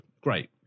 Great